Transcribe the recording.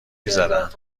میزدن